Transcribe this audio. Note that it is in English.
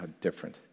different